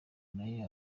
nayo